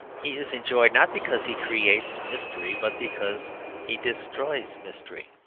he is enjoyed not because he creates mystery, but because he destroys mystery.